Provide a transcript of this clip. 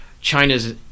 China's